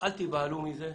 אל תיבהלו מזה.